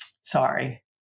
Sorry